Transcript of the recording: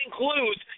includes